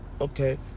Okay